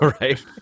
Right